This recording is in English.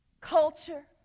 culture